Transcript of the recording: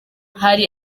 hari